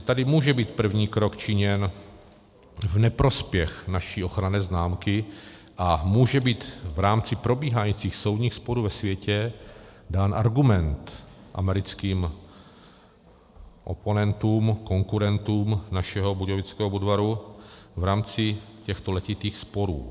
Tady může být první krok činěn v neprospěch naší ochranné známky a může být v rámci probíhajících soudních sporů ve světě dán argument americkým oponentům, konkurentům našeho budějovického Budvaru v rámci těchto letitých sporů.